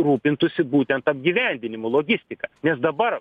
rūpintųsi būtent apgyvendinimu logistika nes dabar